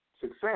success